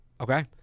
Okay